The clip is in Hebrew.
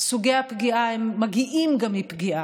סוגי הפגיעה גם מגיעים מפגיעה,